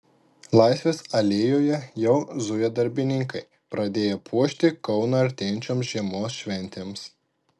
laisvės alėjoje jau zuja darbininkai pradėję puošti kauną artėjančioms žiemos šventėms